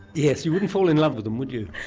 yes, you wouldn't fall in love with them, would you.